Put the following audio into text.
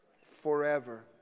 forever